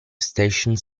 stations